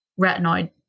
retinoid